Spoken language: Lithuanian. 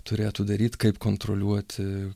turėtų daryt kaip kontroliuoti